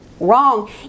Wrong